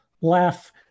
laugh